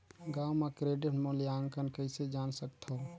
गांव म क्रेडिट मूल्यांकन कइसे जान सकथव?